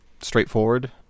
straightforward